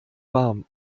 warm